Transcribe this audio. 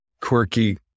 quirky